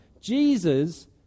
jesus